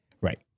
Right